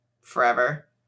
forever